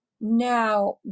Now